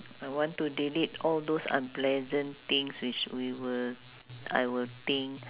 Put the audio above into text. I want to delete all those unpleasant things which we will I will think